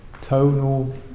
tonal